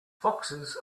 foxes